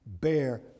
bear